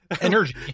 energy